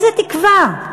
איזו תקווה?